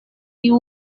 you